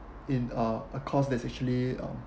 in uh a cause is actually uh